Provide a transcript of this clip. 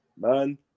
man